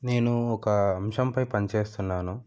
నేను ఒక అంశంపై పని చేస్తున్నాను